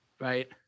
right